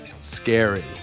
scary